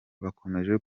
bakomeje